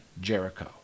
Jericho